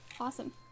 awesome